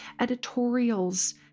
Editorials